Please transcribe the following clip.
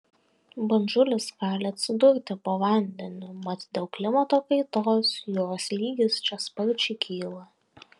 bandžulis gali atsidurti po vandeniu mat dėl klimato kaitos jūros lygis čia sparčiai kyla